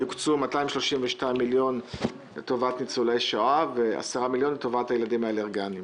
יוקצו 232 מיליון לטובת ניצולי שואה ו-10 מיליון לטובת הילדים האלרגים.